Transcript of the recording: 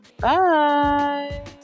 Bye